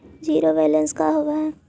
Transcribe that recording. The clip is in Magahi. जिरो बैलेंस का होव हइ?